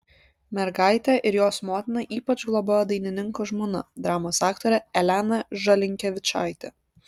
mergaitę ir jos motiną ypač globojo dainininko žmona dramos aktorė elena žalinkevičaitė